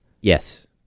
Yes